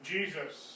Jesus